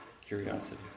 curiosity